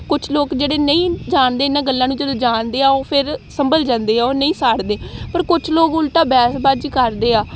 ਕੁਛ ਲੋਕ ਜਿਹੜੇ ਨਹੀਂ ਜਾਣਦੇ ਇਹਨਾਂ ਗੱਲਾਂ ਨੂੰ ਜਦੋਂ ਜਾਣਦੇ ਆ ਉਹ ਫਿਰ ਸੰਭਲ ਜਾਂਦੇ ਆ ਉਹ ਨਹੀਂ ਸਾੜਦੇ ਪਰ ਕੁਛ ਲੋਕ ਉਲਟਾ ਬਹਿਸ ਬਾਜ਼ੀ ਕਰਦੇ ਆ